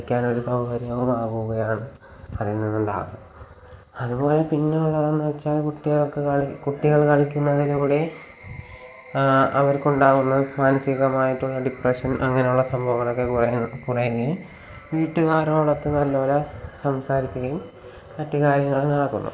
യ്ക്കാനൊരു സൗകര്യങ്ങളാവുകയാണ് അതിൽ നിന്നുള്ള അതുപോലെ പിന്നുള്ളതെന്ന് വെച്ചാൽ കുട്ടികൾക്ക് കുട്ടികൾ കളിക്കുന്നതിലൂടെ അവർക്കുണ്ടാവുന്ന മാനസികമായിട്ടുള്ള ഡിപ്രഷൻ അങ്ങനുള്ള സംഭവങ്ങളൊക്കെ കുറയും കുറയുകേം വീട്ടുകാരോടൊത്ത് നല്ല പോലെ സംസാരിക്കുകയും മറ്റ് കാര്യങ്ങൾ നോക്കുന്നു